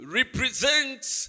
represents